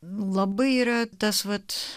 labai yra tas vat